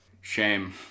Shame